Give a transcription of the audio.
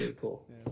cool